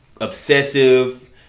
obsessive